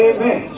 Amen